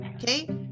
Okay